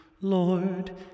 Lord